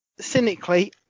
Cynically